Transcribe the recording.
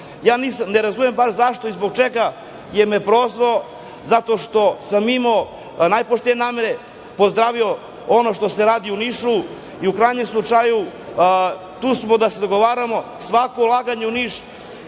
ne razumem baš zašto i zbog čega jer me je prozvao zato što sam imao najpoštenije namere, pozdravio ono što se radi u Nišu i u krajnjem slučaju tu smo da se dogovaramo, jer svako ulaganje u Niš